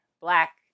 black